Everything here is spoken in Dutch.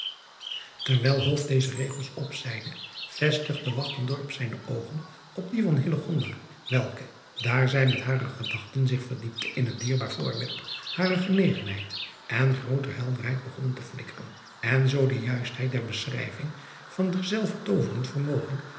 erwijl deze regels opzeide vestigde zijne oogen op die van welke daar zij met hare gedachten zich verdiepte in het dierbaar voorwerp harer genegenheid et grooter helderheid begonnen te flikkeren en zoo de juistheid der beschrijving van derzelver tooverend vermogen